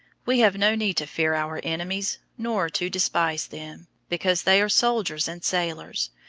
we have no need to fear our enemies, nor to despise them, because they are soldiers and sailors.